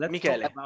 Michele